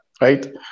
right